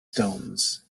stones